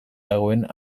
dagoen